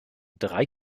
drei